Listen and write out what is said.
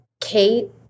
Kate